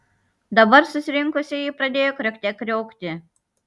dabar susirinkusieji pradėjo kriokte kriokti